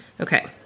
Okay